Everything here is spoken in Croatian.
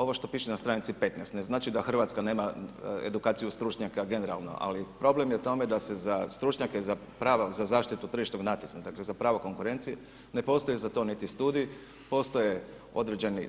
Ovo što piše na stranici 15 ne znači da Hrvatska nema edukaciju stručnjaka generalno ali problem je u tome da se za stručnjake za prava za zaštitu tržišnog natjecanja, dakle za pravo konkurencije, ne postoji za to niti studiji, postoje